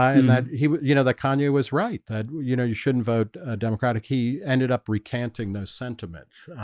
and that he you know, that kanye was right that you know, you shouldn't vote ah democratic he ended up recanting those sentiments